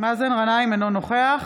אינו נוכח